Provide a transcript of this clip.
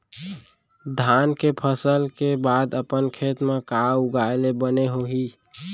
धान के फसल के बाद अपन खेत मा का उगाए ले बने होही?